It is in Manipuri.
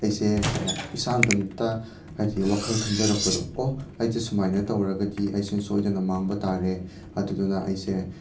ꯑꯩꯁꯦ ꯀꯩ ꯍꯥꯏ ꯏꯁꯥ ꯏꯇꯣꯝꯇ ꯍꯥꯏꯗꯤ ꯋꯥꯈꯜ ꯈꯟꯖꯔꯛꯄꯗꯣ ꯑꯣ ꯑꯩꯁꯦ ꯁꯨꯃꯥꯏꯅ ꯇꯧꯔꯒꯗꯤ ꯑꯩꯁꯦ ꯁꯣꯏꯗꯅ ꯃꯥꯡꯕ ꯇꯥꯔꯦ ꯑꯗꯨꯗꯨꯅ ꯑꯩꯁꯦ